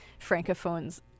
francophones